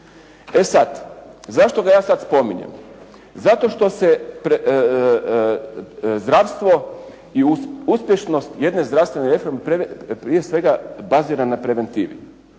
E sada, zašto ga ja sad spominjem? Zato što se zdravstvo i uspješnost jedne zdravstvene reforme prije svega bazira na preventivi